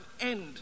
end